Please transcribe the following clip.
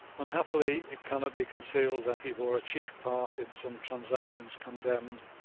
unhappily it cannot be concealed that he bore a chief part in some transactions condemned,